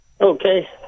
Okay